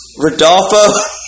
Rodolfo